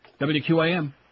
WQAM